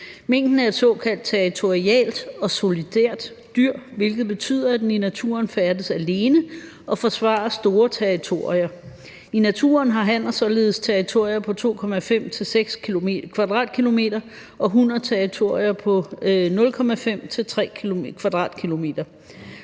Minken er et såkaldt territorialt og solitært dyr, hvilket betyder, at den i naturen færdes alene og forsvarer store territorier. I naturen har hanner således territorier på 2,5-6,0 km2, og hunner har territorier på 0,5-3,0 km2,